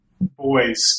boys